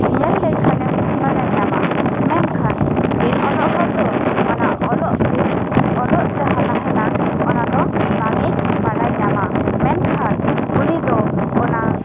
ᱧᱮᱞ ᱞᱮᱱ ᱠᱷᱟᱱᱮᱢ ᱵᱟᱲᱟᱭ ᱧᱟᱢᱟ ᱢᱮᱱᱠᱷᱟᱱ ᱵᱤᱱ ᱚᱞᱚᱜ ᱦᱚᱲ ᱫᱚ ᱚᱱᱟ ᱚᱞᱚᱜ ᱚᱞᱚᱜ ᱡᱟᱦᱟᱸ ᱛᱟᱦᱮᱱᱟ ᱚᱱᱟ ᱫᱚ ᱵᱟᱝ ᱮ ᱵᱟᱰᱟᱭ ᱧᱟᱢᱟ ᱢᱮᱱᱠᱷᱟᱱ ᱤᱱᱤ ᱫᱚ ᱚᱱᱟ